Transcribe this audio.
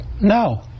No